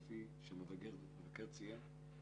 כפי שהמבקר ציין,